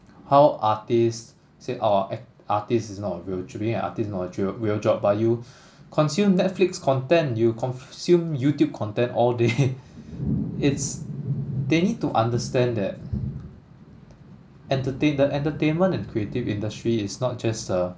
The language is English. how artists say orh ac~ artist is not a real actually an artist is not a real job but you consume netflix content you consume youtube content all day it's they need to understand that entertain the entertainment and creative industry is not just a